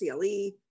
CLE